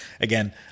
again